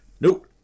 Nope